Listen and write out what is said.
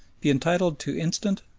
be entitled to instant,